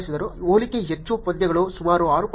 ಹೋಲಿಕೆ ಹೆಚ್ಚು ಪಂದ್ಯಗಳು ಸುಮಾರು 6